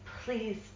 Please